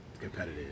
Competitive